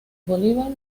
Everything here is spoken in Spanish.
bolívar